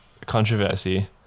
controversy